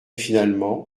finalement